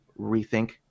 rethink